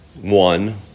one